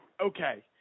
okay